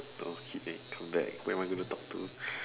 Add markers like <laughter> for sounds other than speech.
no kidding come back who am I going to talk to <breath>